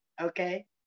okay